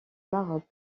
maroc